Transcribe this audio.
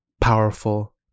powerful